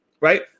right